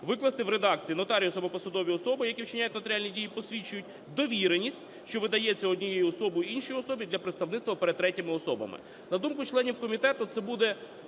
викласти в редакції: "Нотаріус або посадові особи, які вчиняють нотаріальні дії, посвідчують довіреність, що видається однією особою іншій особі для представництва перед третіми особами". На думку членів комітету, це буде